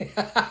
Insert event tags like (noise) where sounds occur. (laughs)